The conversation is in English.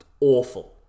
Awful